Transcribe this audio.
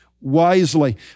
wisely